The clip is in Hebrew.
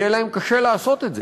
יהיה להן קשה לעשות את זה,